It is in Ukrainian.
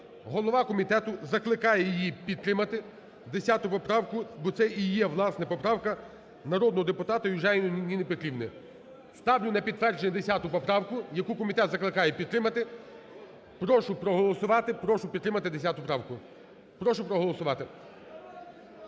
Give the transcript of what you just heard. Голова комітету закликає її підтримати, 10 поправку, бо це і є, власне, поправка народного депутата Южаніної Ніни Петрівни. Ставлю на підтвердження 10 поправку, яку комітет закликає підтримати. Прошу проголосувати, прошу підтримати 10 правку, прошу проголосувати.